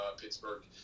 Pittsburgh